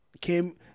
came